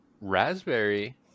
Raspberry